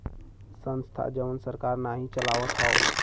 संस्था जवन सरकार नाही चलावत हौ